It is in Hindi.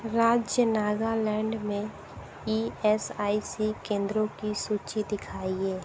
राज्य नागालैंड में ई एस आई सी केंद्रों की सूचि दिखाइए